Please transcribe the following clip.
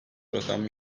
rakam